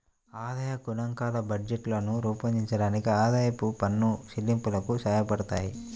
ఆదాయ గణాంకాలు బడ్జెట్లను రూపొందించడానికి, ఆదాయపు పన్ను చెల్లింపులకు సహాయపడతాయి